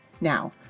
Now